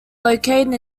located